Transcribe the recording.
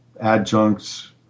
adjuncts